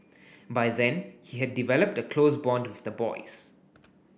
by then he had developed a close bond with the boys